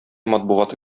матбугаты